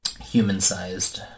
Human-sized